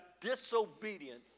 disobedient